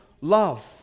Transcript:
love